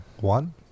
one